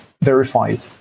verified